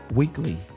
weekly